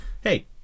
hey